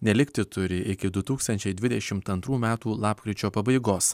nelikti turi iki du tūkstančiai dvidešimt antrų metų lapkričio pabaigos